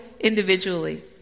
individually